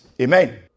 Amen